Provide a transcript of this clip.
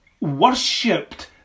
worshipped